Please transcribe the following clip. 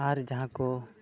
ᱟᱨ ᱡᱟᱦᱟᱸ ᱠᱚ